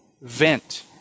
vent